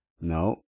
No